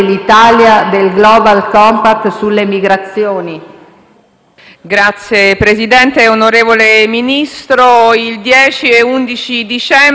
Signor Presidente, onorevole Ministro, il 10 e 11 dicembre si terrà a Marrakech la Conferenza intergovernativa